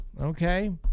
okay